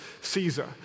Caesar